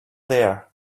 there